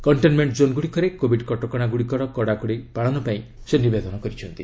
containment କୋନଗୁଡ଼ିକରେ Covid କଟକଣାଗୁଡ଼ିକର କଡ଼ାକଡ଼ି ପାଳନ ପାଇଁ ସେ ନିବେଦନ କରିଛନ୍ତି